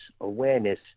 awareness